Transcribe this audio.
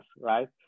right